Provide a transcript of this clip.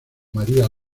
maría